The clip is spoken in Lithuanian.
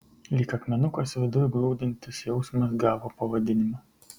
lyg akmenukas viduj glūdintis jausmas gavo pavadinimą